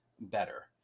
better